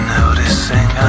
noticing